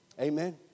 amen